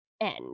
end